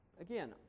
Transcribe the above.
again